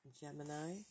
Gemini